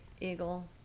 eagle